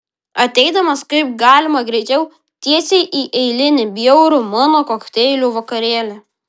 ateidamas kaip galima greičiau tiesiai į eilinį bjaurų mano kokteilių vakarėlį